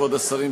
כבוד השרים,